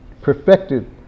perfected